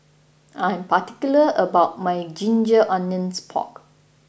I am particular about my Ginger Onions Pork